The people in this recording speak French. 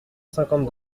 cinquante